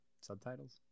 subtitles